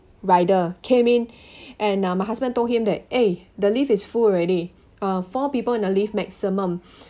rider came in and uh my husband told him that eh the lift its full already uh four people in the lift maximum